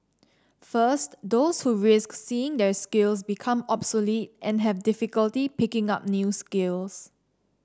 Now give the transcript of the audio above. first those who risk seeing their skills become obsolete and have difficulty picking up new skills